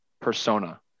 persona